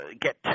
get